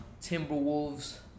Timberwolves